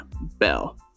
Bell